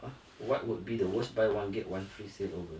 !huh! what would be the worst buy one get one free sale ever